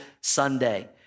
Sunday